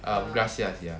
uh ya